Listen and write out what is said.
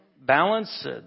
balance